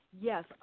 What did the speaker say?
Yes